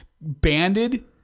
banded